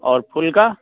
और फुल का